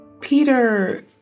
Peter